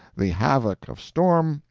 the havoc of storm,